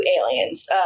aliens